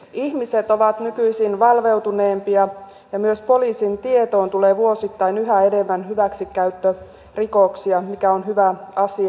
ihmiset ovat nykyisin valveutuneempia ja myös poliisin tietoon tulee vuosittain yhä enemmän hyväksikäyttörikoksia mikä on hyvä asia